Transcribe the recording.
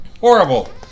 Horrible